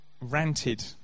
ranted